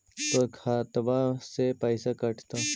तोर खतबा से पैसा कटतो?